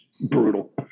brutal